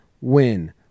win